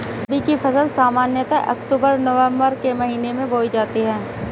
रबी की फ़सल सामान्यतः अक्तूबर नवम्बर के महीने में बोई जाती हैं